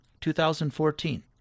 2014